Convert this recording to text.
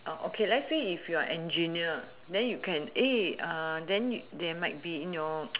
okay let's say if you are engineer then you can eh then there might be in your